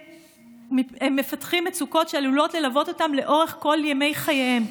הם מפתחים מצוקות שעלולות ללוות אותם לאורך כל ימי חייהם.